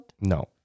No